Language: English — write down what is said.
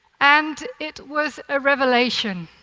and it was a revelation.